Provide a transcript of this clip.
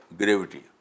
gravity